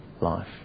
life